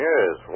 Yes